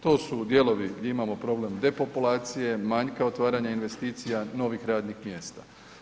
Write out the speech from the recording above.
To su dijelovi gdje imamo problem depopulacije, manjka otvaranja investicija, novih radnih mjesta.